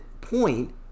point